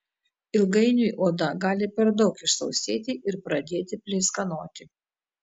ilgainiui oda gali per daug išsausėti ir pradėti pleiskanoti